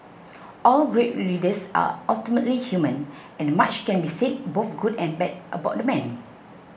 all great leaders are ultimately human and much can be said both good and bad about the man